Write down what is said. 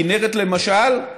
הכינרת, למשל,